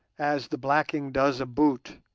as the blacking does a boot,